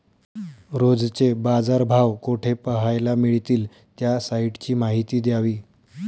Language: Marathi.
रोजचे बाजारभाव कोठे पहायला मिळतील? त्या साईटची माहिती द्यावी